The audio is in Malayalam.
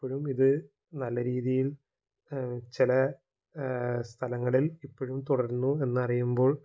ഇപ്പോഴും ഇത് നല്ല രീതിയില് ചില സ്ഥലങ്ങളില് ഇപ്പോഴും തുടരുന്നു എന്നറിയുമ്പോള്